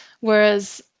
whereas